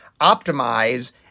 optimize